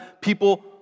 people